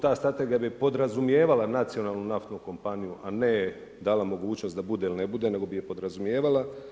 Ta strategija bi podrazumijevala nacionalnu naftnu kompaniju a ne dala mogućnost da bude ili ne bude nego bi je podrazumijevala.